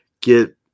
get